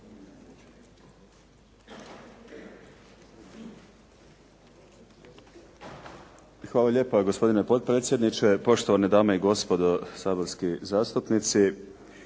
Hvala lijepa gospodine potpredsjedniče, poštovane dame i gospodo saborski zastupnici.